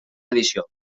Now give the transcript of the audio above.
edició